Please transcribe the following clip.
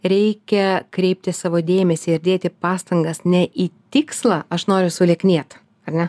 reikia kreipti savo dėmesį ir dėti pastangas ne į tikslą aš noriu sulieknėt ar ne